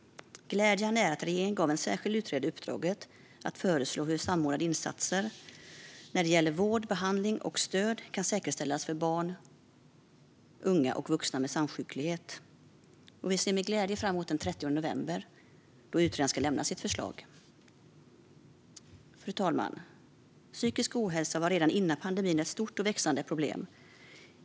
Glädjande är att regeringen gav en särskild utredare uppdraget att föreslå hur samordnade insatser när det gäller vård, behandling och stöd kan säkerhetsställas för barn, unga och vuxna med samsjuklighet. Vi ser med glädje fram emot den 30 november, då utredaren ska lämna sitt förslag. Fru talman! Psykisk ohälsa var redan före pandemin ett stort och växande problem.